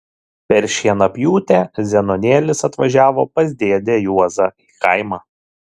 per šienapjūtę zenonėlis atvažiavo pas dėdę juozą į kaimą